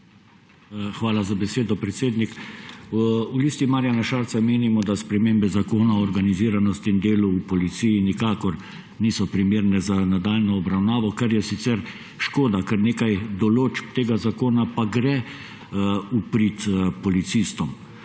Hvala za besedo, predsednik. V Listi Marjana Šarca menimo, da spremembe Zakona o organiziranosti in delu v policiji nikakor niso primerne za nadaljnjo obravnavo, kar je sicer škoda, ker nekaj določb tega zakona pa gre v prid policistom.